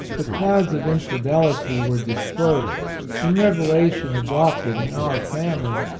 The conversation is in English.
the clouds of infidelity were dispersed and revelation adopted in our family.